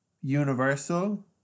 universal